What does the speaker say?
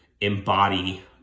embody